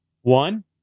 One